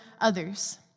others